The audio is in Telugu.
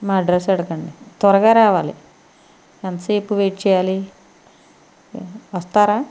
మా అడ్రస్ అడగండి త్వరగా రావాలి ఎంతసేపు వెయిట్ చెయ్యాలి వస్తారా